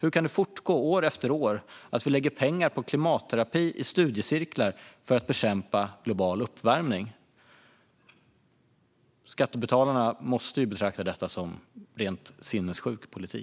Hur kan det fortgå, år efter år, att vi lägger pengar på klimatterapi i studiecirklar för att bekämpa global uppvärmning? Skattebetalarna måste betrakta detta som rent sinnessjuk politik.